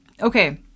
Okay